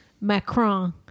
Macron